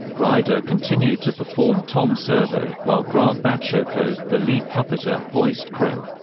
ryder continued to perform tom servo, while grant baciocco, the lead puppeter, voiced crow.